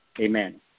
Amen